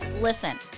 Listen